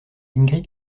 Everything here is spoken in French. ingrid